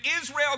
Israel